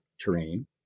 terrain